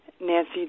Nancy